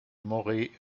moret